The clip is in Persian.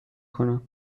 کنم